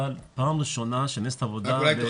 פעם ראשונה שנעשית עבודה --- אולי תוכל